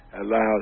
allows